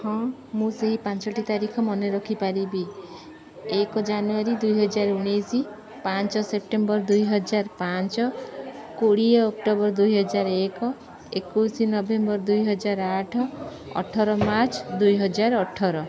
ହଁ ମୁଁ ସେହି ପାଞ୍ଚଟି ତାରିଖ ମନେ ରଖିପାରିବି ଏକ ଜାନୁଆରୀ ଦୁଇହଜାର ଉଣେଇଶ ପାଞ୍ଚ ସେପ୍ଟେମ୍ବର ଦୁଇହଜାର ପାଞ୍ଚ କୋଡ଼ିଏ ଅକ୍ଟୋବର ଦୁଇହଜାର ଏକ ଏକୋଇଶ ନଭେମ୍ବର ଦୁଇହଜାର ଆଠ ଅଠର ମାର୍ଚ୍ଚ ଦୁଇହଜାର ଅଠର